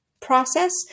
process